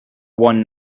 one